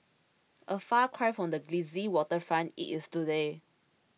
a far cry from the glitzy waterfront it is today